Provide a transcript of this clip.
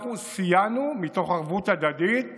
אנחנו סייענו מתוך ערבות הדדית